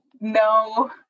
no